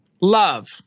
Love